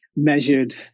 measured